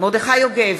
מרדכי יוגב,